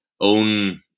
own